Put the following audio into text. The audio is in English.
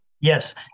Yes